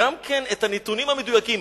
גם את הנתונים המדויקים,